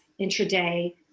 intraday